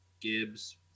Gibbs